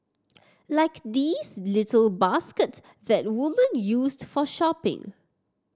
like these little baskets that woman used for shopping